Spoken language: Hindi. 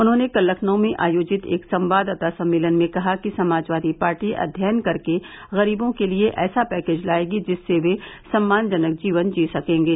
उन्होंने कल लखनऊ में आयोजित एक संवाददाता सम्मेलन में कहा कि समाजवादी पार्टी अध्ययन करके गरीबों के लिए ऐसा पैकेज लायेगी जिससे वे सम्मानजनक जीवन जी सकेंगे